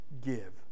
give